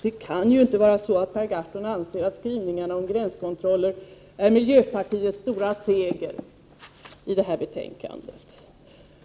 Det kan ju inte vara så att Per Gahrton anser att skrivningarna om gränskontroller är miljöpartiets stora seger i det här betänkandet.